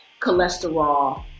cholesterol